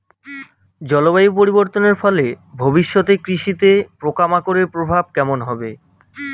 জলবায়ু পরিবর্তনের ফলে ভবিষ্যতে কৃষিতে পোকামাকড়ের প্রভাব কেমন হবে?